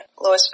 Louisville